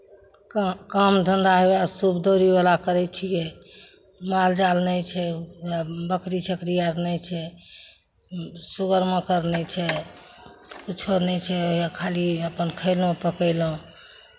काम काम धन्धा उएह सूप दौरीवला करै छियै माल जाल नहि छै हमरा बकरी छकरी आर नहि छै सूगर मकर नहि छै किछो नहि छै खाली अपन खयलहुँ पकयलहुँ